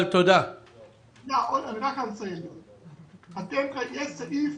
יש סעיף